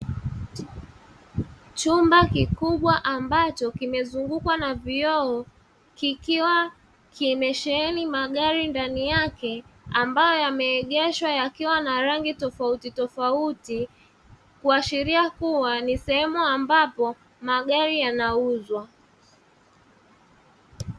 Chumba kikubwa ambacho kimezungukwa na vioo ambacho kikiwa kimesheheni magari ndani yake, ambayo yameegeshwa yakiwa na rangi tofautitofauti kuashiria kuwa ni sehemu ambapo magari yanauzwa.